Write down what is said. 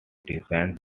designed